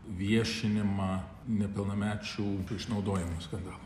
viešinimą nepilnamečių išnaudojimo skandalų